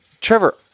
Trevor